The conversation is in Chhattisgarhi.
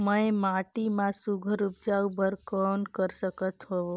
मैं माटी मा सुघ्घर उपजाऊ बर कौन कर सकत हवो?